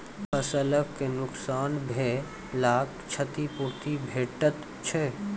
फसलक नुकसान भेलाक क्षतिपूर्ति भेटैत छै?